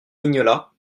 mignola